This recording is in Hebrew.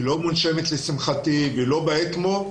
היא לא מונשמת לשמחתי והיא לא באקמו.